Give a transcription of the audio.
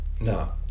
No